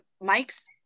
Mike's